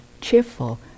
cheerful